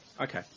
Okay